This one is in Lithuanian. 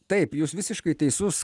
taip jūs visiškai teisus